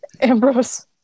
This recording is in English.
Ambrose